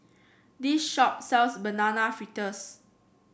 this shop sells Banana Fritters